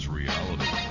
reality